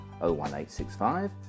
01865